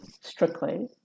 strictly